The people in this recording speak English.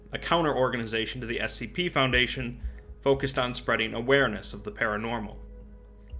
a counter organization to the scp foundation focused on spreading awareness of the paranormal.